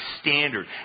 standard